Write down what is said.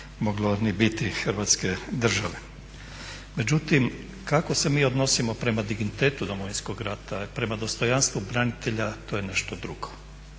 kako se mi odnosimo prema dignitetu Domovinskog rata, prema dostojanstvu branitelja, to je nešto drugo.